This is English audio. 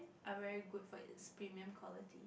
are very good for it's premium quality